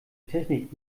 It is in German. technik